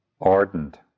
ardent